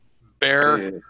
Bear